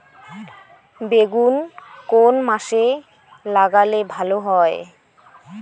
বেগুন কোন মাসে লাগালে ভালো হয়?